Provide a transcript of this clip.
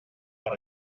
per